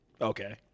Okay